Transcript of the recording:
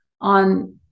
on